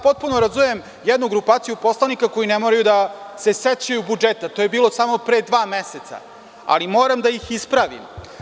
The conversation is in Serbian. Potpuno razumem jednu grupaciju poslanika koji ne moraju da se sećaju budžeta, a to je bilo samo pre dva meseca, ali moram da ih ispravim.